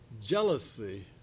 jealousy